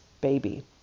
baby